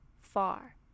far